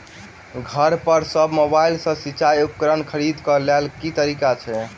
घर पर सऽ मोबाइल सऽ सिचाई उपकरण खरीदे केँ लेल केँ तरीका छैय?